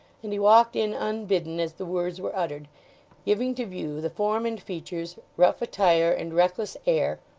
and he walked in unbidden, as the words were uttered giving to view the form and features, rough attire, and reckless air,